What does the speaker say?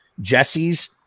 jesse's